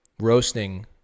roasting